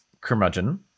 curmudgeon